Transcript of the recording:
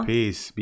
Peace